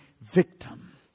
victim